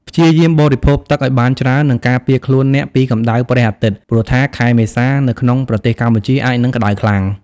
ព្យាយាមបរិភោគទឺកឱ្យបានច្រើន និងការពារខ្លួនអ្នកពីកម្ដៅព្រះអាទិត្យ ព្រោះថាខែមេសា នៅក្នុងប្រទេសកម្ពុជា អាចនឹងក្តៅខ្លាំង។